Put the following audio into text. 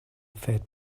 fed